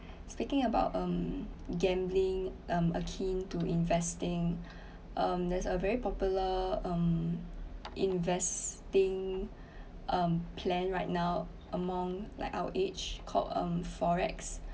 speaking about um gambling um a keen to investing um there's a very popular um investing um plan right now among like our age called um FOREX